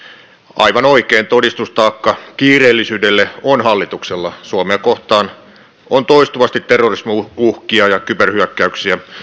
aivan oikein todistustaakka kiireellisyydelle on hallituksella suomea kohtaan on toistuvasti terrorismiuhkia ja kyberhyökkäyksiä